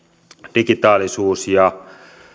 digitaalisuus ja